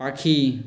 পাখি